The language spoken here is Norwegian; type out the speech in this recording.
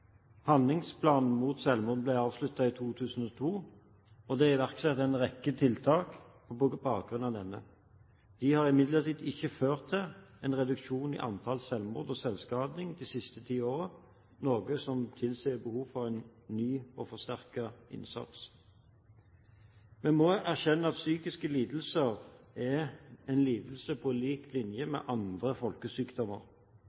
Handlingsplanen mot selvmord ble avsluttet i 2002, og det er iverksatt en rekke tiltak på bakgrunn av denne. De har imidlertid ikke ført til en reduksjon i antallet selvmord og selvskading de siste ti årene, noe som tilsier behov for en ny og forsterket innsats. Vi må erkjenne at psykiske lidelser er lidelser på lik linje